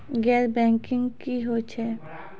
गैर बैंकिंग की होय छै?